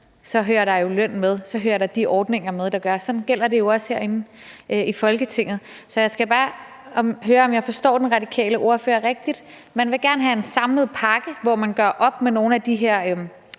så hører selvfølgelig løn og de ordninger med. Sådan er det jo også herinde i Folketinget. Jeg skal bare høre, om jeg forstår den radikale ordfører rigtigt: Man vil gerne have en samlet pakke, hvor man gør op med nogle af de her